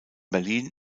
berlin